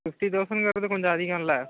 fifty தௌசண்ட்கிறது கொஞ்சம் அதிகல்ல